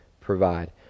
provide